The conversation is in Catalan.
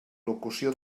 locució